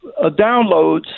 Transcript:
downloads